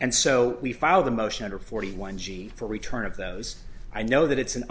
and so we filed a motion under forty one g for return of those i know that it's an